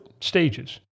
stages